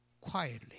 quietly